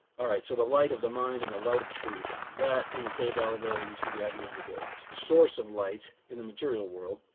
all right, so the light of the mind in the light of truth. that in the cave allegory, we see the idea of of the good. it's the source of light in the material world,